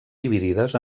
dividides